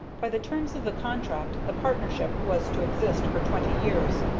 by the terms of the contract the partnership was to exist for twenty years,